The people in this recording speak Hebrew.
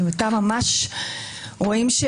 היא מתפקדת,